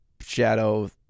shadow